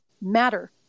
matter